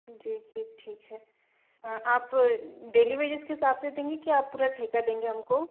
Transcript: जी जी ठीक है आप डेली बेसिस के हिसाब से देंगी क्या पूरा ठेका देंगी हम को